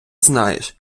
знаєш